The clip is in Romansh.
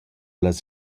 las